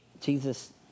Jesus